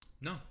No